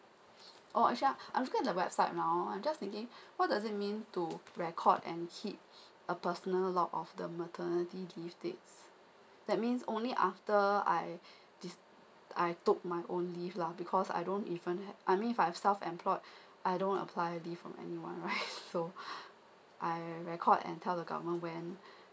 or I'm looking at the website now I'm just thinking what does it means to record and hit a personal lot of the maternity leave dates that means only after I this I took my own leave lah because I don't even ha~ I mean if I'm self employed I don't apply already from anyone right so I record and tell the government when